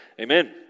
Amen